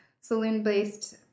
saloon-based